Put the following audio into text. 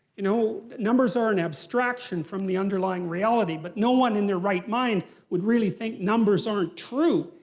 you know? numbers are an abstraction from the underlying reality but no one in their right mind would really think numbers aren't true.